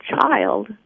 child